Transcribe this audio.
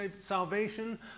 salvation